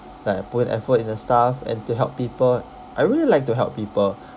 like put in effort in the stuff and to help people I really like to help people